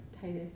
titus